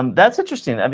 um that's interesting.